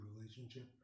relationship